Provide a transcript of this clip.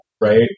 right